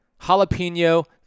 jalapeno